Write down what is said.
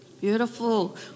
Beautiful